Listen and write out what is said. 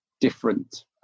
different